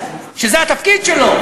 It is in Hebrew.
שזה התפקיד שלו: